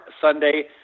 Sunday